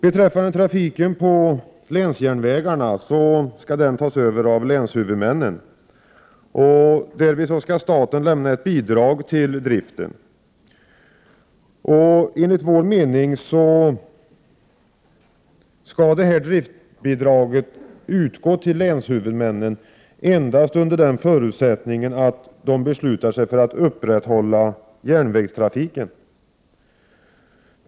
Beträffande trafiken på länsjärnvägarna skall den tas över av länshuvudmännen. Staten skall därvid lämna ett bidrag till driften. Enligt vår mening skall detta driftbidrag utgå till länshuvudmännen endast under förutsättning att de beslutar sig för att upprätthålla järnvägstrafiken.